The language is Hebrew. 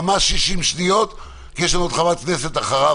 ממש 60 שניות כי יש עוד חברת כנסת אחת אחריו,